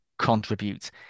contribute